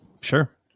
Sure